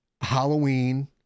Halloween